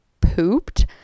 pooped